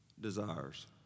desires